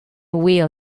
wheel